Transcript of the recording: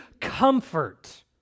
Comfort